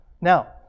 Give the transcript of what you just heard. Now